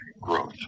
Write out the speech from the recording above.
growth